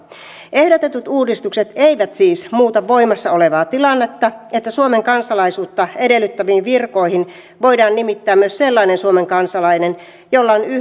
ehdotetut uudistukset eivät siis muuta sitä voimassa olevaa tilannetta että suomen kansalaisuutta edellyttäviin virkoihin voidaan nimittää myös sellainen suomen kansalainen jolla on yhden